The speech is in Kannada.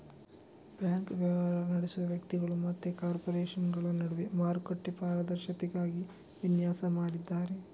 ಬ್ಯಾಂಕು ವ್ಯವಹಾರ ನಡೆಸುವ ವ್ಯಕ್ತಿಗಳು ಮತ್ತೆ ಕಾರ್ಪೊರೇಷನುಗಳ ನಡುವೆ ಮಾರುಕಟ್ಟೆ ಪಾರದರ್ಶಕತೆಗಾಗಿ ವಿನ್ಯಾಸ ಮಾಡಿದ್ದಾರೆ